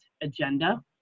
agenda